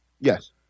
Yes